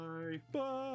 Bye